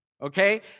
Okay